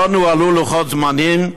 לא נוהלו לוחות זמנים,